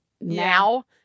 now